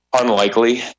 Unlikely